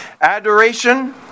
Adoration